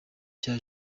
cya